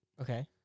Okay